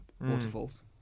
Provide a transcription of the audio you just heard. Waterfalls